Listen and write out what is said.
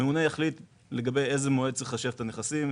הממונה יחליט לגבי איזה מועד צריך לחשב את הנכסים.